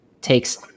takes